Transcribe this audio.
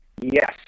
Yes